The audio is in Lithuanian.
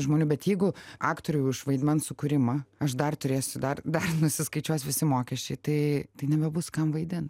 žmonių bet jeigu aktoriui už vaidmens sukūrimą aš dar turėsi dar dar nusiskaičiuos visi mokesčiai tai tai nebebus kam vaidint